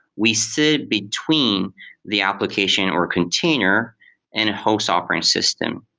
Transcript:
we sit between the application or container and host operating system.